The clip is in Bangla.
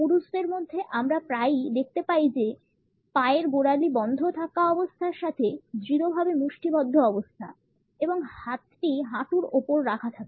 পুরুষদের মধ্যে আমরা প্রায়ই দেখতে পাই যে পা এর গোড়ালির বন্ধ থাকা অবস্থার সাথে দৃঢ় ভাবে মুষ্টিবদ্ধ অবস্থা এবং হাতটি হাঁটুর উপর রাখা থাকে